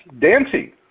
Dancing